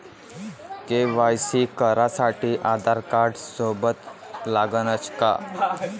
KYC करासाठी आधारकार्ड सोबत लागनच का?